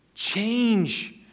change